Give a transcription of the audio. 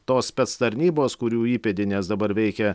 tos spec tarnybos kurių įpėdinės dabar veikia